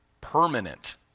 permanent